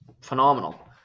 phenomenal